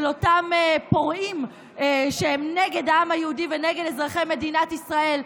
אותם פורעים שהם נגד העם היהודי ונגד אזרחי מדינת ישראל.